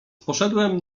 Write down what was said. poszedłem